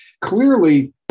clearly